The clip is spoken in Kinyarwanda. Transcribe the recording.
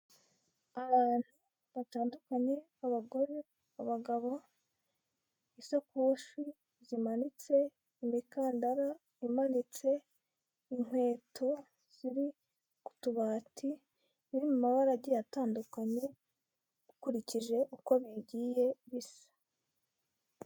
Abantu batandukanye abagore, abagabo, isakoshi zimanitse, imikandara imanitse, inkweto ziri ku tubati ziri mu mabara agiye atandukanye ukurikije uko bigiye bisa.